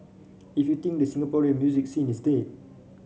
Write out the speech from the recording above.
if you think the Singaporean music scene is dead